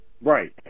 Right